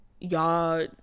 Y'all